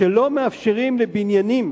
שלא מאפשרים לדיירי הבניינים